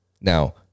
Now